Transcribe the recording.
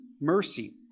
mercy